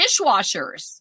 dishwashers